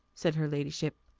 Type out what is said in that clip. said her ladyship.